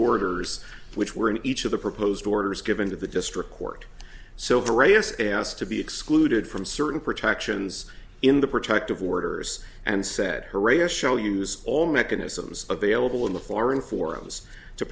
orders which were in each of the proposed orders given to the district court so ferocious as to be excluded from certain protections in the protective orders and said herrera show use all mechanisms available in the foreign forums to